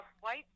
white